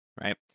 right